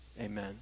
Amen